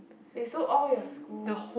wait so all your school